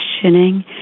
questioning